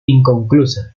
inconclusa